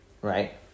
right